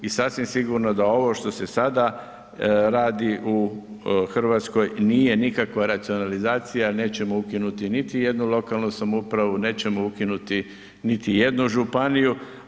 I sasvim sigurno da ovo što se sada radi u Hrvatskoj nije nikakva racionalizacija, nećemo ukinuti niti jednu lokalnu samoupravu, nećemo ukinuti niti jednu županiju.